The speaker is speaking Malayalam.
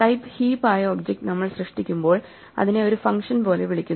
ടൈപ്പ് ഹീപ്പ് ആയ ഒബ്ജക്റ്റ് നമ്മൾ സൃഷ്ടിക്കുമ്പോൾ അതിനെ ഒരു ഫംഗ്ഷൻ പോലെ വിളിക്കുന്നു